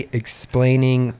explaining